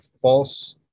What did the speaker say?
false